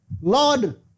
Lord